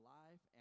life